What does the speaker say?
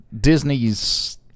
Disney's